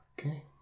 Okay